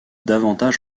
davantage